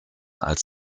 als